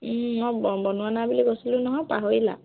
মই বনোৱা নাই বুলি কৈছিলোঁ নহয় পাহৰিলা